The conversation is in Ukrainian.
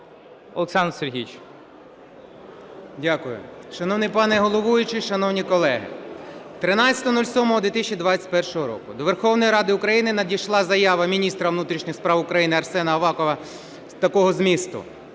О.С. Дякую. Шановний пане головуючий, шановні колеги, 13.07.2021 року до Верховної Ради України надійшла заява міністра внутрішніх справ України Арсена Авакова такого змісту: